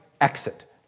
exit